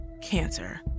cancer